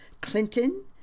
Clinton